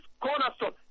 cornerstone